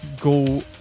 go